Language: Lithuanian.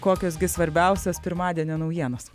kokios gi svarbiausias pirmadienio naujienos